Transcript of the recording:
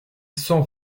cent